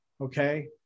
Okay